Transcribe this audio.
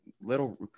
little